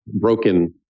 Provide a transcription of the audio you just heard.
broken